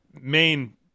main